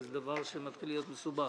זה מתחיל להיות מסובך